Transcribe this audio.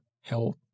Health